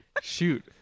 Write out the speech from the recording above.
Shoot